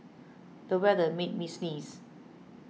the weather made me sneeze